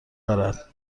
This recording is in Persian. دارد